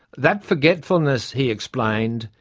that forgetfulness, he explained,